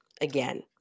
again